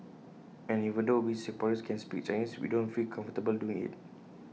and even though we Singaporeans can speak Chinese we don't feel comfortable doing IT